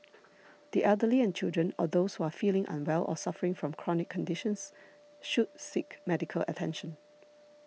the elderly and children or those who are feeling unwell or suffering from chronic conditions should seek medical attention